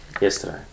yesterday